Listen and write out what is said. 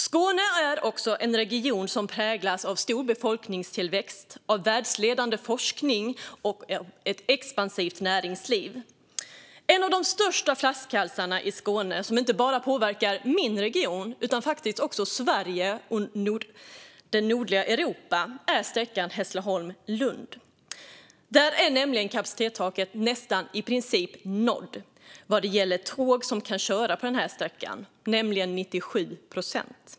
Skåne är också en region som präglas av stor befolkningstillväxt, av världsledande forskning och av ett expansivt näringsliv. En av de största flaskhalsarna i Skåne, och som inte bara påverkar min region utan faktiskt också Sverige och norra Europa, är sträckan Hässleholm-Lund. Där är nämligen kapacitetstaket i princip nått vad gäller tåg som kan köra på denna sträcka - 97 procent.